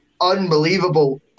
unbelievable